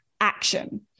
action